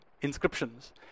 inscriptions